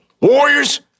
Warriors